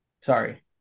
Sorry